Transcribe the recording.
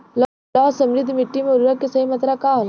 लौह समृद्ध मिट्टी में उर्वरक के सही मात्रा का होला?